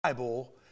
Bible